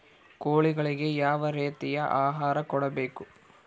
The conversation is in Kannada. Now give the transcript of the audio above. ಕೋಳಿಗಳಿಗೆ ಯಾವ ರೇತಿಯ ಆಹಾರ ಕೊಡಬೇಕು?